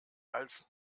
als